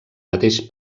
mateix